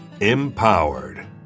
empowered